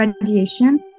radiation